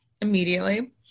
immediately